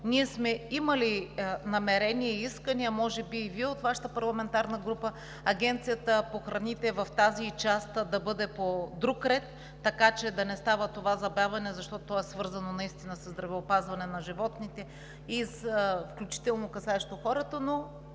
ние сме имали намерения и искания, може би и Вие от Вашата парламентарна група, Агенцията по храните в тази част да бъде по друг ред, така че да не става това забавяне, защото то е свързано наистина със здравеопазването на животните, включително касаещо хората,